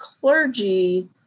clergy